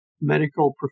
medical